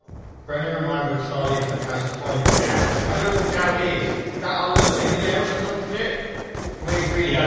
friendly reminder charlie has chronic doubt. i don't know. what doubt is. is that under the fingernails or some shit. can we agree? yeah